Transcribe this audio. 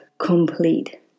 complete